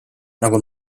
nagu